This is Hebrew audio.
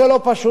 זה לא פשוט,